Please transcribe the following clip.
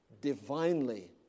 divinely